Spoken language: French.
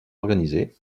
organisé